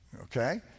Okay